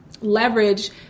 leverage